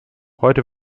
heute